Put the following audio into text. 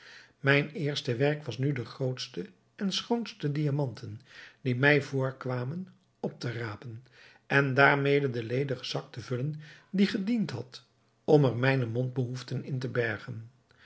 mijn eerste werk was nu de grootste en schoonste diamanten die mij voorkwamen op te rapen en daarmede den ledigen zak te vullen die gediend had om er mijne mondbehoeften in te bergen